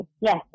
Yes